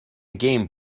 game